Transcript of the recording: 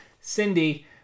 Cindy